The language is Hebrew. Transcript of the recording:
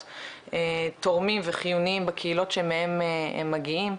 תורמים וחיוניים בקהילות שמהם הם מגיעים,